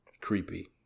creepy